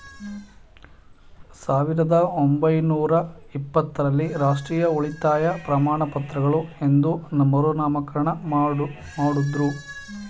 ಸಾವಿರದ ಒಂಬೈನೂರ ಇಪ್ಪತ್ತ ರಲ್ಲಿ ರಾಷ್ಟ್ರೀಯ ಉಳಿತಾಯ ಪ್ರಮಾಣಪತ್ರಗಳು ಎಂದು ಮರುನಾಮಕರಣ ಮಾಡುದ್ರು